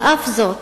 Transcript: על אף זאת,